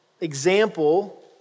example